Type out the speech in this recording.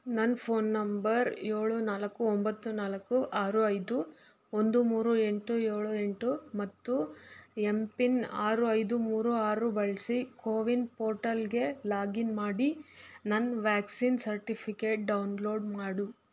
ನನ್ನ phone number ಏಳು ನಾಲ್ಕು ಒಂಬತ್ತು ನಾಲ್ಕು ಆರು ಐದು ಒಂದು ಮೂರು ಎಂಟು ಏಳು ಎಂಟು ಮತ್ತು ಎಂ ಪಿನ್ ಆರು ಐದು ಮೂರು ಆರು ಬಳಸಿ ಕೋವಿನ್ ಪೋರ್ಟಲ್ಗೆ ಲಾಗಿನ್ ಮಾಡಿ ನನ್ನ ವ್ಯಾಕ್ಸಿನ್ ಸರ್ಟಿಫಿಕೇಟ್ ಡೌನ್ಲೋಡ್ ಮಾಡು